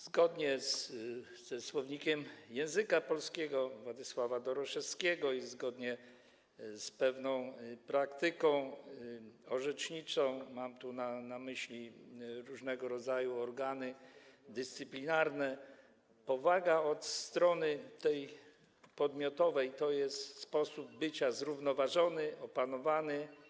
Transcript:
Zgodnie ze „Słownikiem języka polskiego” Witolda Doroszewskiego i zgodnie z pewną praktyką orzeczniczą, mam na myśli różnego rodzaju organy dyscyplinarne, powaga od strony podmiotowej to jest sposób bycia zrównoważony, opanowany.